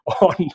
on